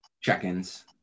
check-ins